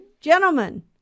gentlemen